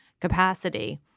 capacity